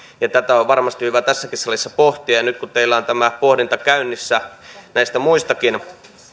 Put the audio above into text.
ja tätä on varmasti hyvä tässäkin salissa pohtia ja nyt kun teillä on tämä pohdinta käynnissä näistä muistakin